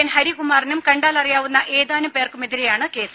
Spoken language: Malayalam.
എൻ ഹരികുമാറിനും കണ്ടാലറിയാവുന്ന ഏതാനും പേർക്കുമെതിരെയാണ് കേസ്